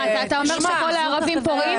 שלמה, אתה אומר שכל הערבים פורעים?